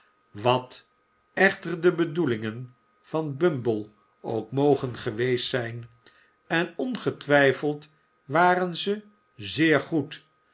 wat echter de bedoelingen van bumble ook mogen geweest zijn en ongetwijfeld waren ze zeer goed